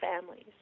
families